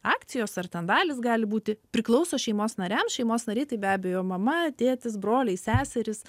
akcijos ar ten dalys gali būti priklauso šeimos nariams šeimos nariai tai be abejo mama tėtis broliai seserys